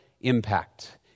impact